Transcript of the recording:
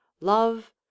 love